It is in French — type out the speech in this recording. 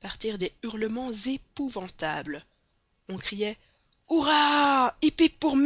partirent des hurlements épouvantables on criait hurrah hip hip pour